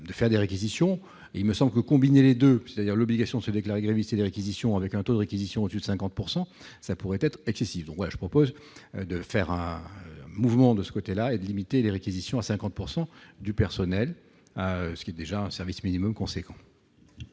de faire des réquisitions et il me semble que combiner les 2 c'est-à-dire l'obligation de se déclarer grévistes et des réquisitions avec un taux de réquisition au-dessus de 50 pourcent ça pourrait être excessif, droit, je propose de faire un mouvement de ce côté-là et de limiter les réquisitions à 50 pourcent du personnel, ce qui est déjà un service minimum conséquents.